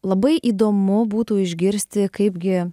labai įdomu būtų išgirsti kaipgi